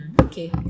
Okay